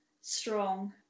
strong